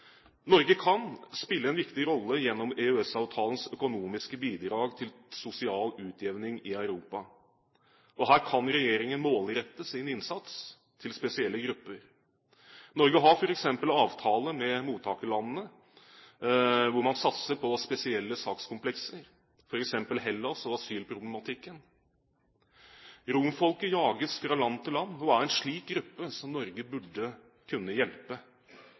Norge kan spille en viktig rolle gjennom EØS-avtalens økonomiske bidrag til sosial utjevning i Europa. Her kan regjeringen målrette sin innsats til spesielle grupper. Norge har f.eks. avtale med mottakerlandene, der man satser på spesielle sakskomplekser, f.eks. Hellas og asylproblematikken. Romfolket jages fra land til land og er en slik gruppe som Norge burde kunne hjelpe.